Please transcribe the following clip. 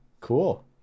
cool